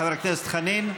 חבר הכנסת חנין?